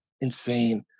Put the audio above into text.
insane